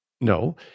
No